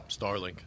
Starlink